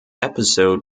episode